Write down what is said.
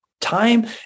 time